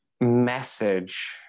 message